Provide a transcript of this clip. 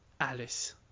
Alice